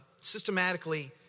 systematically